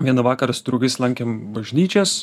vieną vakarą su draugais lankėm bažnyčias